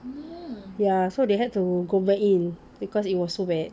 ya so they had to go back in because it was so bad